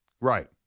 Right